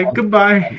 Goodbye